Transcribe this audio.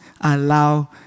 allow